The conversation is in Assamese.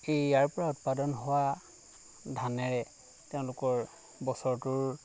এই ইয়াৰ পৰা উৎপাদন হোৱা ধানেৰে তেওঁলোকৰ বছৰটোৰ